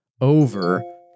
over